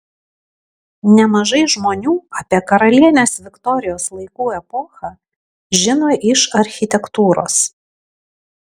nemažai žmonių apie karalienės viktorijos laikų epochą žino iš architektūros